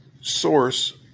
source